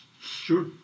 Sure